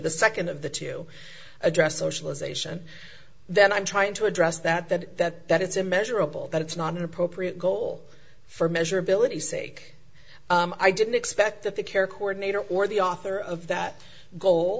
the second of the two address socialization then i'm trying to address that that that it's a measurable that it's not an appropriate goal for measurability sake i didn't expect that the care coordinator or the author of that goal